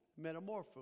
metamorpho